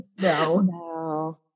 No